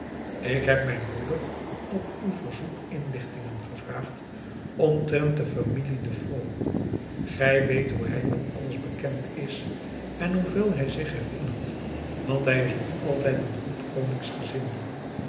ik heb mijn broeder op uw verzoek inlichtingen gevraagd omtrent de familie de faux gij weet hoe hij met alles bekend is en hoeveel hij zich herinnert want hij is nog altijd een goed